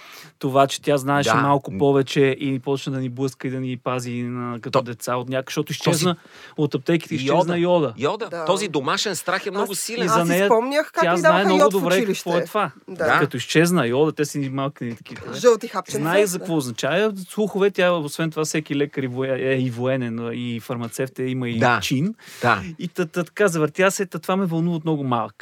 това, че тя знаеше Да. малко повече и почна да ни блъска и да ни пази на, като То- деца от някак- защото изчезна Този- от аптеките, Йода. изчезна йода. Йода. Да. Този домашен страх е Аз- много силен. аз И за си нея спомнях как тя ни знае даваха много йод в добре какво е училище. това. Да. Да. Като изчезна йода, те са ни малки, нали, такива, Жълти е. хапченца. Знае за Да. какво означава. Слухове, тя, освен това, всеки лекар и воен- е, и военен, и фармацевт, е, има и Да. чин. Да. И та- та- така завъртя се, та това ме вълнува от много малък.